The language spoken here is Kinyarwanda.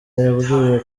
yambwiye